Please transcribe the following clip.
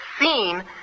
seen